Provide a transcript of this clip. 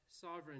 sovereign